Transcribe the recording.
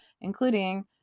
including